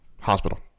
hospital